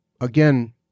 again